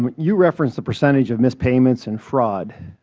but you referenced the percentage of mispayments and fraud.